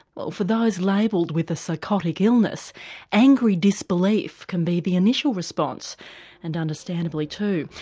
for those labelled with a psychotic illness angry disbelief can be the initial response and understandably too.